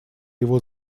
его